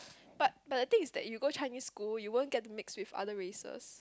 but but the thing is that if you go Chinese school you won't get to mix with other races